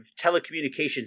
telecommunications